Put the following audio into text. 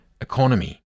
economy